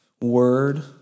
word